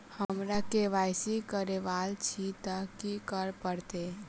हमरा केँ वाई सी करेवाक अछि तऽ की करऽ पड़तै?